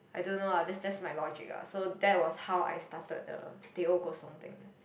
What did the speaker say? I don't know ah that's just my logic ah so that was how I started the Teh-O Kosong thing